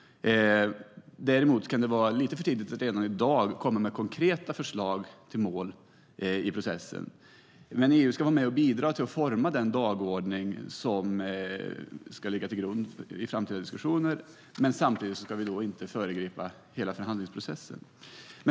Däremot kan det vara lite för tidigt att redan i dag komma med konkreta förslag till mål i processen. EU ska vara med och bidra till att forma den dagordning som ska ligga till grund för framtida diskussioner. Men vi ska samtidigt inte föregripa hela förhandlingsprocessen.